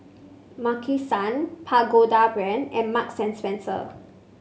Maki San Pagoda Brand and Marks Spencer